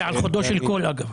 זה על חודו של קול, אגב.